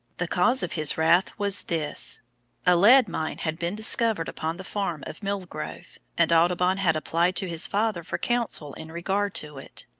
the cause of his wrath was this a lead mine had been discovered upon the farm of mill grove, and audubon had applied to his father for counsel in regard to it.